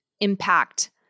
impact